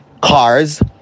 cars